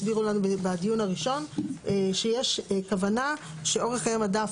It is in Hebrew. הסבירו לנו בדיון הראשון שיש כוונה שאורך חיי מדף,